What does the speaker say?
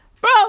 bro